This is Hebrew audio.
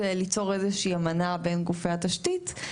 ליצור איזה שהיא אמנה בין גופי התשתית,